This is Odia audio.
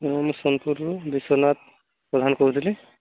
ହଁ ମୁଁ ସୋନପୁରରୁ ବିଶ୍ୱନାଥ ପ୍ରଧାନ କହୁଥିଲି